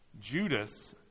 Judas